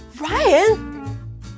Ryan